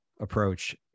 approach